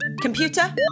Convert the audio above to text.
Computer